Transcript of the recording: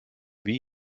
wie